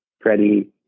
Freddie